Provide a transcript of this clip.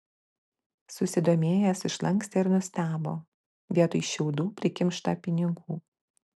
susidomėjęs išlankstė ir nustebo vietoj šiaudų prikimšta pinigų